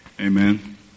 Amen